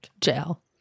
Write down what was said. Jail